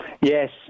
Yes